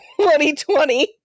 2020